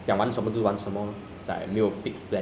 uh last wednesday